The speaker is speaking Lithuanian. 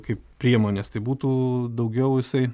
kaip priemonės tai būtų daugiau jisai